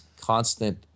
constant